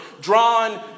drawn